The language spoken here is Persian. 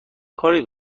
کاری